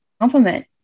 compliment